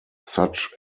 such